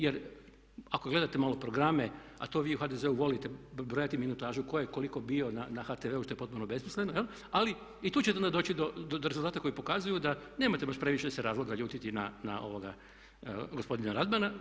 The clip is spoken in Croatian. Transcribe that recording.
Jer ako gledate malo programe a to vi u HDZ-u volite brojati minutažu tko je koliko bio na HTV-u što je potpuno besmisleno jel' ali i tu ćete onda doći do rezultata koji pokazuju da nemate baš previše se razloga ljutiti na gospodina Radmana.